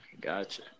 Gotcha